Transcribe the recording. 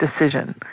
decision